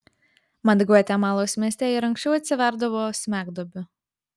mat gvatemalos mieste ir anksčiau atsiverdavo smegduobių